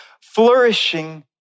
flourishing